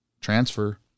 transfer